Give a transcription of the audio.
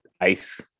ice